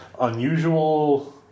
Unusual